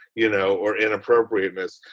you know, or inappropriateness,